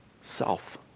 self